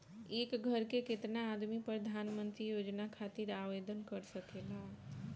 एक घर के केतना आदमी प्रधानमंत्री योजना खातिर आवेदन कर सकेला?